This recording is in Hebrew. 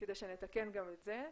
כדי שנתקן כדי שנתקן גם את זה.